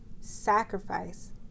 sacrifice